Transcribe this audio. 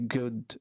good